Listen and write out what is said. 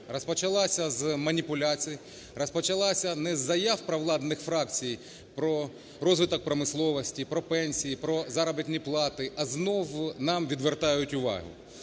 Розпочалася з маніпуляцій, розпочалася не з заяв провладних фракцій про розвиток промисловості, про пенсії, про заробітні плати, а знову нам відвертають увагу.